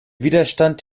widerstand